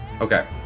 okay